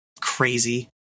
crazy